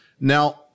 Now